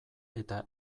eta